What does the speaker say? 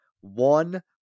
One